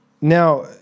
now